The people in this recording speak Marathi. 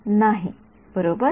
नाही बरोबर